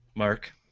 Mark